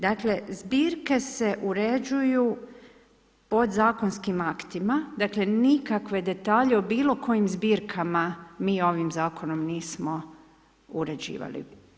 Dakle, zbirke se uređuju podzakonskim aktima, dakle nikakve detalje o bilokojim zbirkama mi ovim zakonom nismo uređivali.